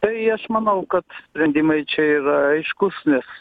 tai aš manau kad sprendimai čia yra aiškūs nes